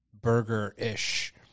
burger-ish